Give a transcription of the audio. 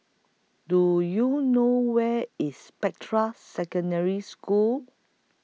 Do YOU know Where IS Spectra Secondary School